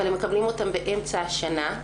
אבל הם מקבלים אותם באמצע השנה.